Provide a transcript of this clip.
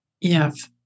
Yes